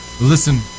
Listen